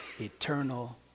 eternal